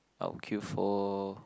I will queue for